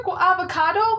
avocado